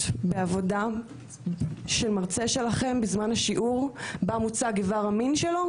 בעבודה של מרצה שלכם בזמן השיעור שבה מוצג איבר המין שלו?